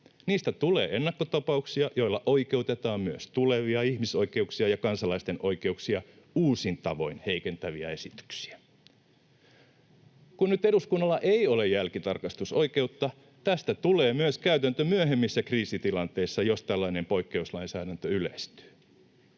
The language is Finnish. Niistä tulee ennakkotapauksia, joilla oikeutetaan myös tulevia ihmisoikeuksia ja kansalaisten oikeuksia uusin tavoin heikentäviä esityksiä. Kun nyt eduskunnalla ei ole jälkitarkastusoikeutta, tästä tulee myös käytäntö myöhemmissä kriisitilanteissa, jos tällainen poikkeuslainsäädäntö yleistyy.